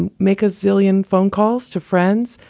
and make a zillion phone calls to friends,